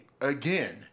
again